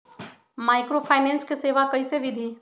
Microfinance के सेवा कइसे विधि?